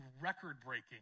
record-breaking